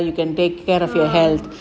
uh